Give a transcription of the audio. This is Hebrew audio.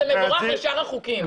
זה מבורך לשאר החוקים.